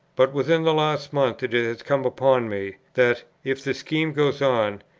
but, within the last month, it has come upon me, that, if the scheme goes on,